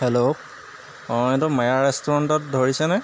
hello অঁ এইটো মায়া ৰেষ্টুৰেণ্টত ধৰিছেনে